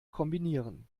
kombinieren